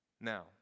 Now